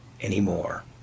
anymore